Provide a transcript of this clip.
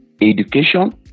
education